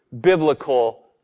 biblical